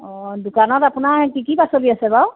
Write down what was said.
অঁ দোকানত আপোনাৰ কি কি পাচলি আছে বাৰু